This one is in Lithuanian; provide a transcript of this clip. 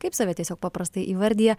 kaip save tiesiog paprastai įvardija